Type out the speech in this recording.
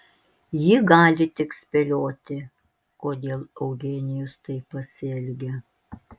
ji gali tik spėlioti kodėl eugenijus taip pasielgė